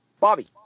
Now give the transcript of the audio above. Bobby